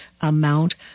amount